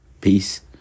Peace